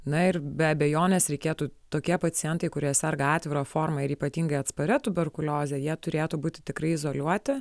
na ir be abejonės reikėtų tokie pacientai kurie serga atvira forma ir ypatingai atsparia tuberkulioze jie turėtų būti tikrai izoliuoti